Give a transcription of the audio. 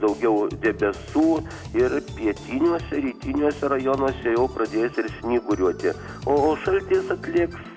daugiau debesų ir pietiniuose rytiniuose rajonuose jau pradės ir snyguriuoti o o šaltis atlėgs